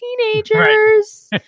teenagers